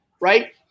right